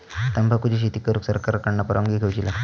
तंबाखुची शेती करुक सरकार कडना परवानगी घेवची लागता